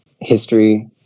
history